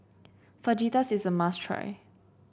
Fajitas is a must try